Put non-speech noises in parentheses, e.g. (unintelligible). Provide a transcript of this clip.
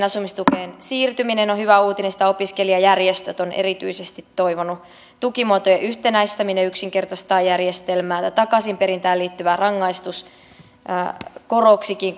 (unintelligible) asumistukeen siirtyminen on hyvä uutinen sitä opiskelijajärjestöt ovat erityisesti toivoneet tukimuotojen yhtenäistäminen yksinkertaistaa järjestelmää tämä takaisinperintään liittyvä rangaistuskoroksikin (unintelligible)